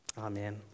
Amen